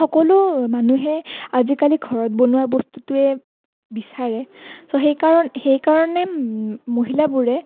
সকলো মানুহে আজিকালি ঘৰত বনোৱা বস্তুটোৱে বিচাৰে তো সেই সেইকাৰণে মহিলাবোৰে